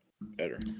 better